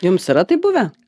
jums yra taip buvę